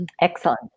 Excellent